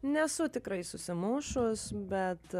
nesu tikrai susimušus bet